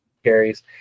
carries